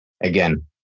again